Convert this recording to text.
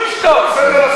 שהוא ישתוק.